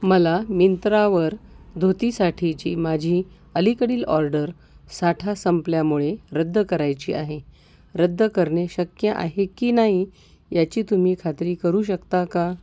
मला मिंत्रावर धोतीसाठीची माझी अलीकडील ऑर्डर साठा संपल्यामुळे रद्द करायची आहे रद्द करणे शक्य आहे की नाही याची तुम्ही खात्री करू शकता का